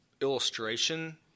Illustration